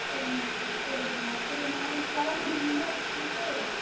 சரிங்கமா சரிங்கமா சரி நாளைக்கு வர முடியுங்களா ஸ்கூலுக்கு